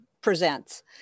presents